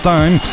Time